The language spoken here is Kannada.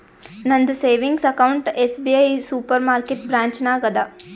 ನಂದ savings account SBI super market branch ನಾಗ್ ಅದಾ